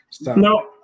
No